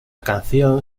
canción